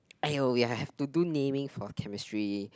!aiyo! we have to do naming for chemistry